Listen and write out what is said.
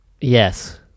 Yes